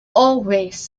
always